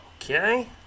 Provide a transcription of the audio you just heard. Okay